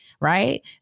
right